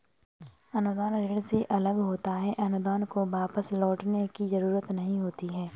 अनुदान ऋण से अलग होता है अनुदान को वापस लौटने की जरुरत नहीं होती है